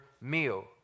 meal